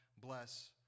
bless